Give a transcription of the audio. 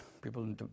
People